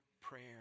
prayer